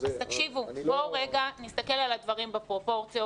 בואו רגע נסתכל על הדברים בפרופורציות.